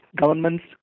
governments